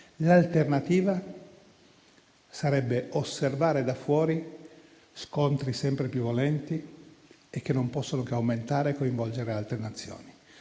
L'alternativa sarebbe osservare da fuori scontri sempre più violenti, che non possono che aumentare e coinvolgere altre Nazioni.